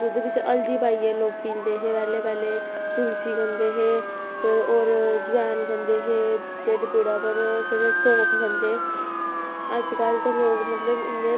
दुद्ध बिच्च हल्दी पाइयै लोग पींदे हे पैह्लें पैह्लें तुलसी खंदे हे फिर होर जवैन खंदे हे ढिड्ड पीड़ा पर फिर सौंफ खंदे अज्जकल ते लोग मतलब इन्ने